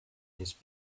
his